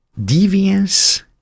deviance